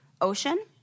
ocean